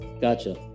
gotcha